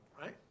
right